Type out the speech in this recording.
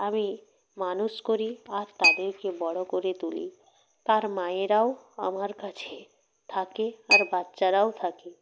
আমি মানুষ করি আর তাদেরকে বড় করে তুলি তার মায়েরাও আমার কাছে থাকে আর বাচ্চারাও থাকে